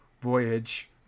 Voyage